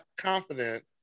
confident